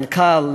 למנכ"ל,